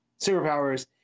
superpowers